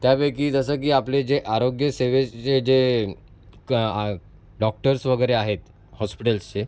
त्यापैकी जसं की आपले जे आरोग्यसेवेचे जे क डॉक्टर्स वगैरे आहेत हॉस्पिटल्सचे